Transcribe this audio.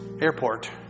airport